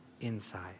inside